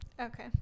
okay